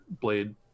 blade